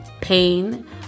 pain